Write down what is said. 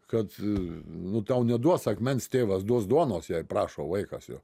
kad nu tau neduos akmens tėvas duos duonos jei prašo vaikas jo